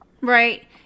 Right